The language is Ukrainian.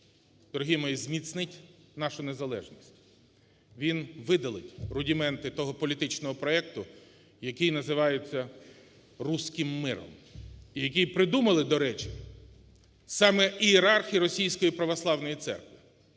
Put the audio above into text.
дорогі мої, зміцнить нашу незалежність, він видалить рудименти того політичного проекту, який називається "руським миром" і який придумали, до речі, саме ієрархи Російської Православної Церкви.